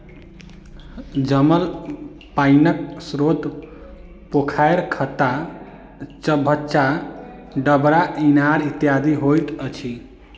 जमल पाइनक स्रोत पोखैर, खत्ता, चभच्चा, डबरा, इनार इत्यादि होइत अछि